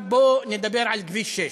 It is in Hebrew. עכשיו בואו נדבר על כביש 6,